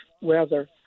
weather